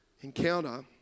encounter